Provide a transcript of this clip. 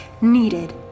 needed